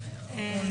אבל זאת הכוונה.